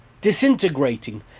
disintegrating